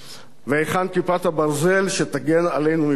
והיכן "כיפת הברזל" שתגן עלינו מפניך?